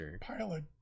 Pilot